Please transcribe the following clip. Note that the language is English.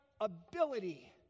ability